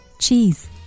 Cheese